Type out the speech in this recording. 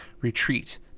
Retreat